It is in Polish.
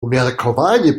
umiarkowanie